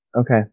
okay